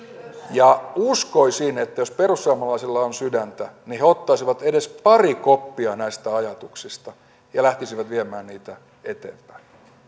uskoisin että jos perussuomalaisilla on sydäntä niin he ottaisivat edes pari koppia näistä ajatuksista ja lähtisivät viemään niitä eteenpäin